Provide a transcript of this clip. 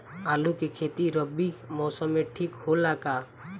आलू के खेती रबी मौसम में ठीक होला का?